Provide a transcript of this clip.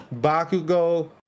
Bakugo